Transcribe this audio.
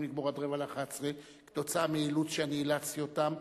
לגמור עד 10:45 כתוצאה מאילוץ שאני אילצתי אותם,